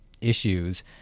issues